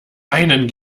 einen